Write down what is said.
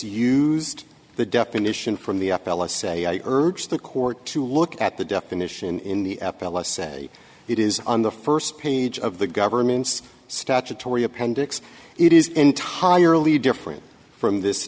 used the definition from the i p l i say i urge the court to look at the definition in the f l s say it is on the first page of the government's statutory appendix it is entirely different from this